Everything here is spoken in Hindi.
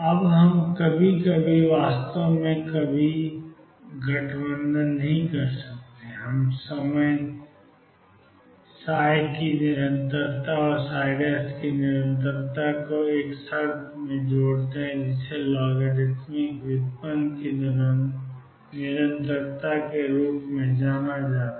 अब हम कभी कभी वास्तव में कभी कभी गठबंधन नहीं करते हैं हर समय की निरंतरता और की निरंतरता को एक शर्त में जोड़ते हैं जिसे लॉगरिदमिक व्युत्पन्न की निरंतरता के रूप में जाना जाता है